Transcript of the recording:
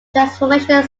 transformation